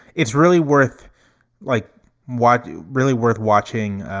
it's really worth like what you really worth watching.